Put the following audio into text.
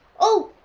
oh,